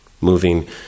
moving